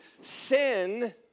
sin